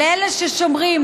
לאלה ששומרים,